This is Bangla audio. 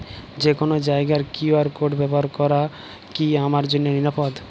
যে কোনো জায়গার কিউ.আর কোড ব্যবহার করা কি আমার জন্য নিরাপদ?